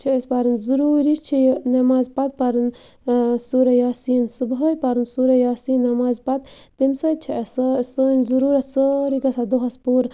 چھِ أسۍ پَرٕنۍ ضروٗری چھِ نٮ۪مازِ پَتہٕ پَرُن سورہ یاسیٖن صُبحٲے پَرُن سورہ یاسیٖن نٮ۪مازِ پَتہٕ تمہِ سۭتۍ چھِ اَسہِ سہ سٲنۍ ضُروٗرَت سٲرٕے گَژھان دۄہَس پوٗرٕ